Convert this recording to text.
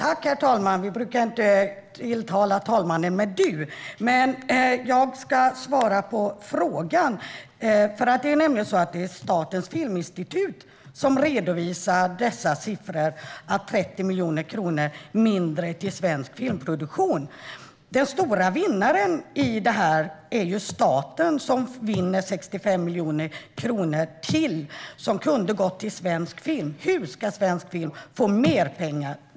Herr talman! Vi brukar inte tilltala talmannen med du. Jag ska svara på frågan. Det är Svenska Filminstitutet som redovisar dessa siffror att det blir 30 miljoner kronor mindre till svensk filmproduktion. Den stora vinnaren i detta är staten som vinner 65 miljoner kronor till, som kunde gått till svensk film. Hur ska svensk film få mer pengar?